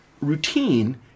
routine